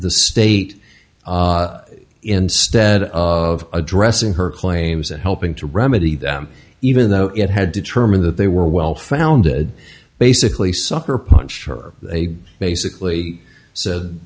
the state instead of addressing her claims and helping to remedy them even though it had determined that they were well founded basically suckerpunch her they basically said